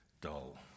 dull